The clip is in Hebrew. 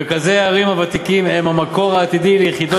מרכזי הערים הוותיקים הם המקור העתידי ליחידות דיור חדשות.